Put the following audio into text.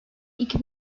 iki